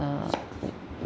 uh